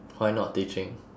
why not teaching